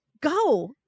go